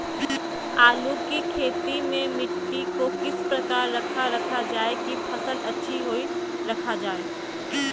आलू की खेती में मिट्टी को किस प्रकार रखा रखा जाए की फसल अच्छी होई रखा जाए?